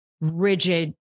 rigid